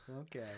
okay